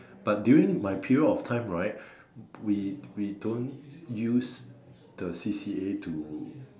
but during my period of time right we we don't use the C_C_A to